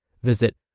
Visit